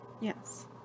Yes